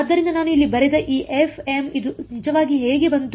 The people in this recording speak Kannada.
ಆದ್ದರಿಂದ ನಾನು ಇಲ್ಲಿ ಬರೆದ ಈ f m ಅದು ನಿಜವಾಗಿ ಹೇಗೆ ಬಂತು